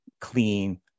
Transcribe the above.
clean